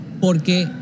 Porque